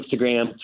Instagram